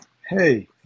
Hey